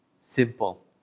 simple